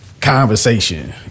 Conversation